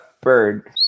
bird